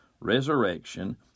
resurrection